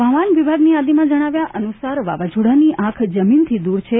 હવામાન વિભાગની યાદીમાં જણાવ્યા અનુસાર વાવાઝોડાની આંખ જમીનથી દૂર છે